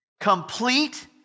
Complete